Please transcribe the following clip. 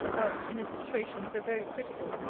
that, in a situation so very critical,